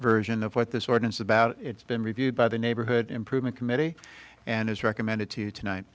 version of what this ordinance about it's been reviewed by the neighborhood improvement committee and has recommended to you tonight